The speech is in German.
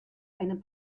einem